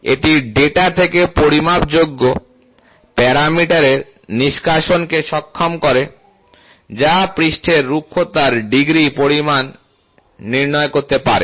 এটি ডেটা থেকে পরিমাপযোগ্য প্যারামিটারের নিষ্কাশনকে সক্ষম করে যা পৃষ্ঠের রুক্ষতার ডিগ্রি পরিমাণ নির্ণয় করতে পারে